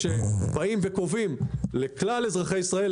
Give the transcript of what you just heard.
כשבאים וקובעים לכלל אזרחי ישראל,